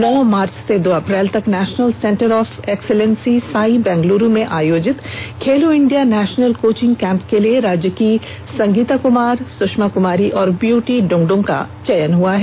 नौ मार्च दो अप्रैल तक national centre of excellency SAI Bengaluru में आयोजित Khelo India national coaching camp के लिए राज्य की संगीता कुमार सुषमा कुमारी और व्यूटी डुंगडुंग का चयन हुआ है